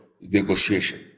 negotiation